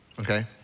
okay